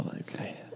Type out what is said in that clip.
okay